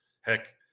heck